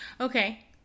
Okay